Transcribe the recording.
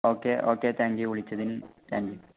okay okay thank you വിളിച്ചതിന് thank you